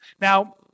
Now